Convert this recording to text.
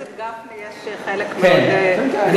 לחבר הכנסת גפני יש חלק מאוד גדול, כן.